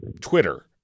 Twitter